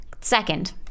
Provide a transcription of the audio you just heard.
Second